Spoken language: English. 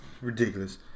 Ridiculous